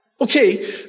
Okay